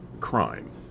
crime